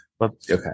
okay